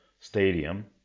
stadium